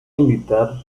militar